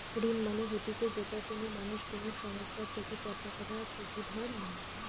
ঋণ মানে হতিছে যেটা কোনো মানুষ কোনো সংস্থার থেকে পতাকা বা পুঁজি ধার নেই